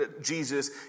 Jesus